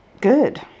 good